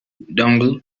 dongle